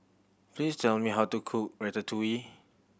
please tell me how to cook Ratatouille